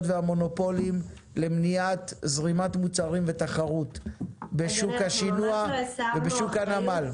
והמונופולים למניעת זרימת מוצרים ותחרות בשוק השינוע ובשוק הנמל.